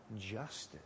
justice